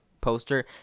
poster